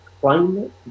climate